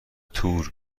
تور